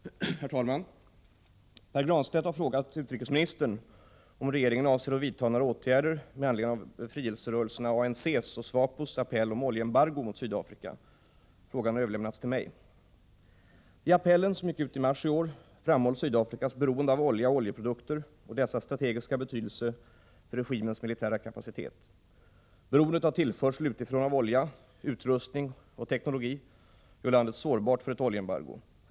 Herr talman! Pär Granstedt har frågat utrikesministern om regeringen avser att vidta några åtgärder med anledning av befrielserörelserna ANC:s och SWAPO:s appell om oljeembargo mot Sydafrika. Frågan har överlämnats till mig. I appellen, som gick ut i mars i år, framhålls Sydafrikas beroende av olja och oljeprodukter och dessas strategiska betydelse för regimens militära kapacitet. Beroendet av tillförsel utifrån av olja, utrustning och teknologi gör landet sårbart för ett oljeembargo.